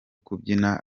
kubyina